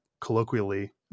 colloquially